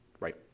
Right